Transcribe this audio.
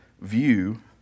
view